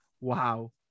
Wow